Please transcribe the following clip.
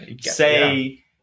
Say